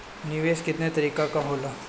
निवेस केतना तरीका के होला?